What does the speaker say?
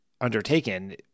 undertaken